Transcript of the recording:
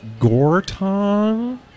Gortong